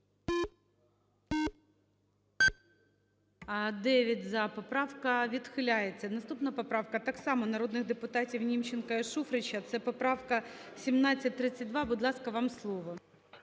За-9 Поправка відхиляється. Наступна поправка так само народних депутатів Німченка і Шуфрича, це поправка 1732. Будь ласка, вам слово.